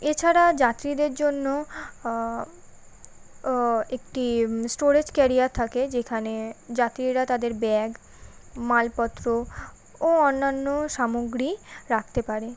এছাড়া যাত্রীদের জন্য একটি স্টোরেজ ক্যারিয়ার থাকে যেখানে যাত্রীরা তাদের ব্যাগ মালপত্র ও অন্যান্য সামগ্রী রাখতে পারে